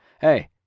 hey